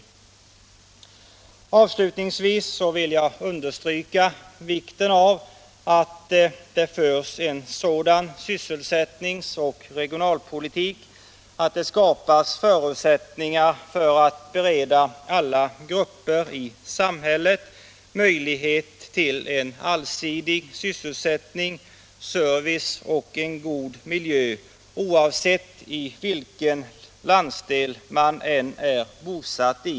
Ak Avslutningsvis vill jag undörstryka vikten av att det förs en sådan sysselsättnings och regionalpolitik att det skapas förutsättningar för att bereda alla grupper i samhället möjlighet till allsidig sysselsättning, service och en god miljö, oavsett i vilken landsdel man bor.